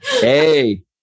Hey